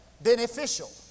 beneficial